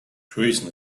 treason